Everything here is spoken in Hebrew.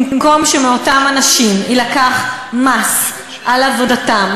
במקום שמאותם אנשים יילקח מס על עבודתם,